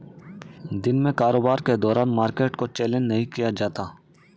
दिन में कारोबार के दौरान मार्केट को चैलेंज नहीं किया जाता